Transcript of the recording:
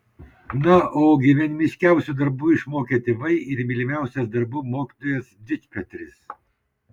na o gyvenimiškiausių darbų išmokė tėvai ir mylimiausias darbų mokytojas dičpetris